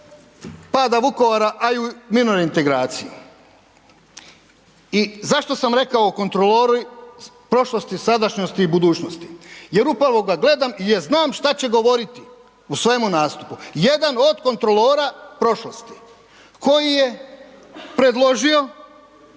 pada Vukovara, a i u mirnoj reintegraciji. I zašto sam rekao kontrolori prošlosti, sadašnjosti i budućnosti? Jer upravo ga gledam i ja znam što će govoriti u svojemu nastupu. Jedan od kontrolora prošlosti koji je preložio